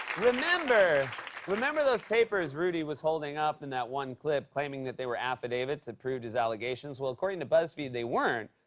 remember remember those papers rudy was holding up in that one clip claiming that they were affidavits that proved his allegations? well, according to buzzfeed, they weren't.